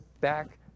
back